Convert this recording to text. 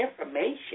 information